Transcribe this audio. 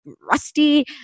rusty